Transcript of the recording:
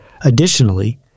Additionally